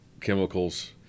chemicals